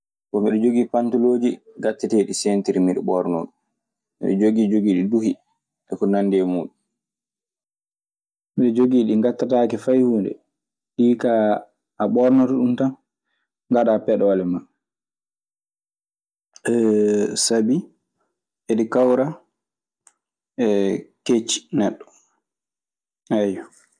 Mi ɗe jogii pantolooji gatteteeɗi centiri mi ɗe ɓornoo ɗum. Mi ɗe jogii jogiiɗi duhi eko nanndi e muuɗum. Miɗe jogii ɗi ngaɗtataake fay huunde. Ɗii kaa a ɓoornoto ɗun tan, ngaɗaa peɗoole maa. Sabi eɗi kawra keeci neɗɗo, ayyo.